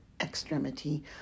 extremity